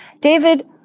David